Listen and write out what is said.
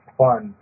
fun